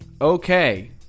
Okay